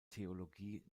theologie